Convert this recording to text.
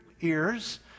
ears